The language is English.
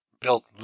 built